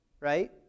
right